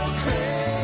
crazy